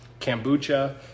kombucha